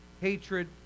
hatred